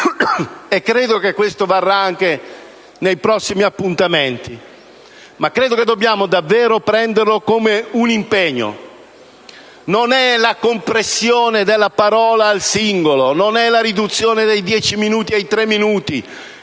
Credo che questo varrà anche nei prossimi appuntamenti, ma ritengo anche che dobbiamo davvero prenderlo come un impegno. Non sono la compressione della parola al singolo o la riduzione da dieci a tre minuti